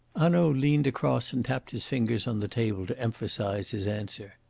hanaud leaned across and tapped his fingers on the table to emphasise his answer.